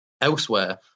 Elsewhere